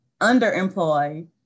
underemployed